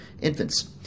infants